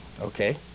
Okay